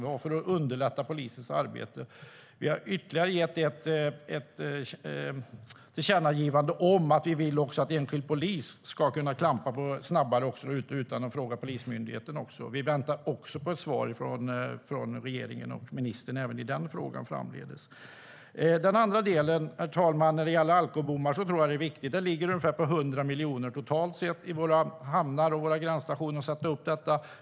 Det handlade om att underlätta polisens arbete. Herr talman! Den andra delen gäller alkobommar. Jag tror det är viktigt. Det ligger på ungefär 100 miljoner totalt sett att sätta upp detta i våra hamnar och vid vår gränsstationer.